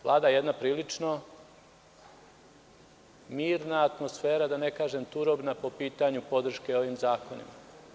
Vlada jedna prilično mirna atmosfera, da ne kažem turobna, po pitanju podrške ovim zakonima.